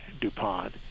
DuPont